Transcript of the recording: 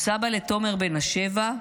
הוא סבא לתומר בן השבע,